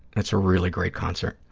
it's a really great concert.